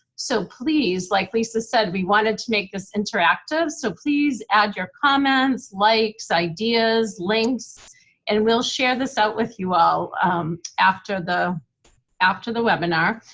so, please like lisa said we wanted to make this interactive so please add your comments, likes, ideas, links and we'll share this out with you all after the after the webinar.